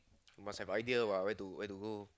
must have idea what where to where to go